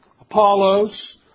Apollos